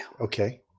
Okay